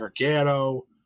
Gargano